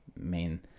main